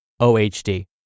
OHD